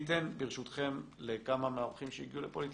אתן ברשותכם לכמה מהאורחים שהגיעו לפה להתייחס,